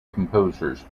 composers